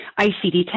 ICD-10